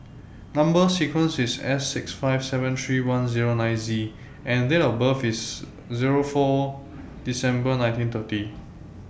Number sequence IS S six five seven three one Zero nine Z and Date of birth IS Zero four December nineteen thirty